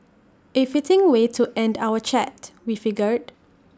A fitting way to end our chat we figured